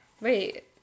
Wait